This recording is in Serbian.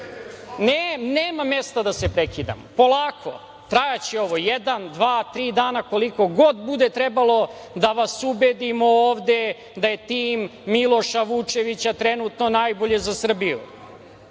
Nema mesta da se prekidamo. Polako, trajaće ovo, jedan, dva, tri dana, koliko god bude trebalo da vas ubedimo ovde da je tim Miloša Vučevića trenutno najbolje za Srbiju. To